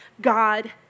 God